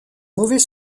mauvais